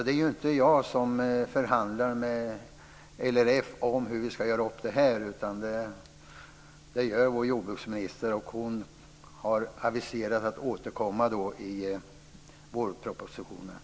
Det är dock inte jag som förhandlar med LRF om hur detta ska göras upp, utan det gör vår jordbruksminister och hon har aviserat om att återkomma i vårpropositionen.